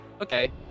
Okay